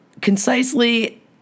concisely